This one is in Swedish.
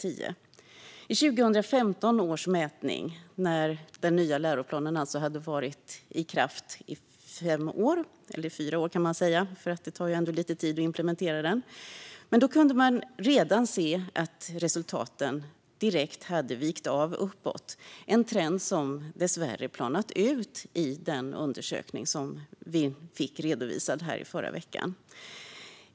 I 2015 års mätning, när den nya läroplanen hade varit i bruk under fem år - man kanske kan säga fyra år, eftersom det tar lite tid att implementera allt - kunde man redan se att resultaten direkt hade vikt av uppåt. Det är en trend som dessvärre hade planat i den undersökning som vi fick redovisad för oss förra veckan.